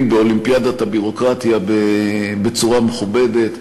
באולימפיאדת הביורוקרטיה בצורה מכובדת.